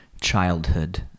childhood